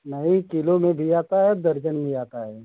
नहीं किलो में भी आता है दर्जन भी आता है